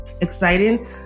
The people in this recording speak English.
exciting